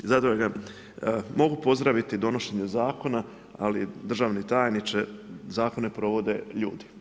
Mogu pozdraviti donošenje zakona, ali državni tajniče, zakone provode ljudi.